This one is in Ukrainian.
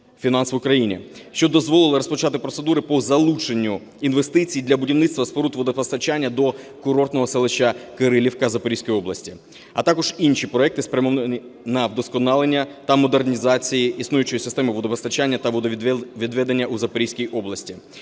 що дозволило розпочати процедури по залученню інвестицій для будівництва споруд водопостачання до курортного селища Кирилівка Запорізької області, а також інші проекти, спрямовані на вдосконалення та модернізації існуючої системи водопостачання та водовідведення у Запорізькій області.